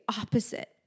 opposite